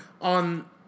on